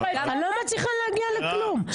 אני לא מצליחה להגיע לכלום,